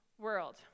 world